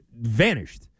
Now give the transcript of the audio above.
vanished